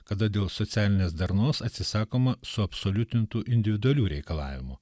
kada dėl socialinės darnos atsisakoma suabsoliutintų individualių reikalavimų